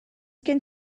gen